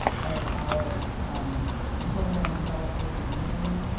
as our program developed over the years,